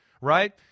right